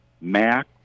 Mac